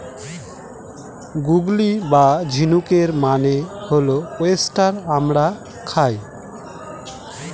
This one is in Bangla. গুগলি বা ঝিনুকের মানে হল ওয়েস্টার আমরা খাই